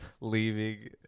leaving